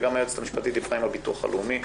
וגם היועצת המשפטית דיברה עם הביטוח הלאומי.